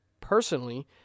personally